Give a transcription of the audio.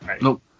Nope